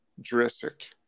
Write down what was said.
Jurassic